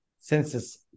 senses